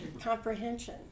comprehension